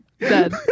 Dead